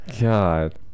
God